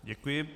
Děkuji.